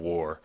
War